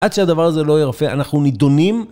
עד שהדבר הזה לא יירפא, אנחנו נידונים.